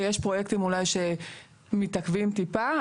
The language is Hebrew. אז נכון שיש פרויקטים אולי שמתעכבים טיפה,